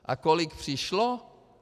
A kolik přišlo?